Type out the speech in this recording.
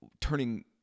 turning